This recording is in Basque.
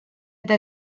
eta